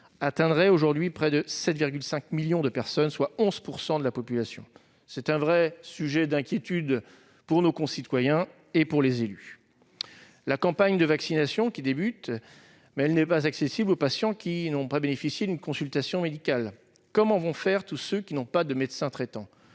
atteindrait près de 7,5 millions de personnes, soit 11 % de la population. C'est un véritable sujet d'inquiétude pour nos concitoyens et pour les élus. La campagne de vaccination débute, mais elle n'est pas accessible aux patients qui n'ont pas bénéficié d'une consultation médicale. Comment feront tous ceux qui n'ont pas de médecin traitant ?